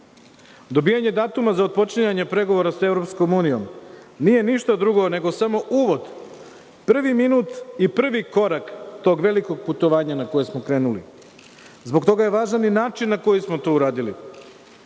Dobijanje datuma za otpočinjanje pregovora sa EU nije ništa drugo nego samo uvod, prvi minut i prvi korak tog velikog putovanja na koje smo krenuli. Zbog toga je važan i način na koji smo to uradili.